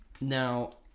Now